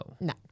No